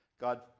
God